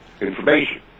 information